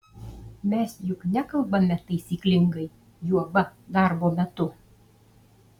mes juk nekalbame taisyklingai juoba darbo metu